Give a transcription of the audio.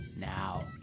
now